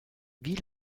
wie